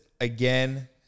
again